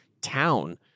town